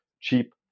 cheap